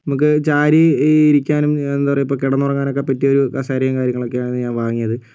നമുക്ക് ചാരി ഈ ഇരിക്കാനും എന്താ പറയുക ഇപ്പോൾ കിടന്നുറങ്ങാനും ഒക്കെ പറ്റിയ ഒരു കസേരയും കാര്യങ്ങളൊക്കെയാണ് ഞാൻ വാങ്ങിയത്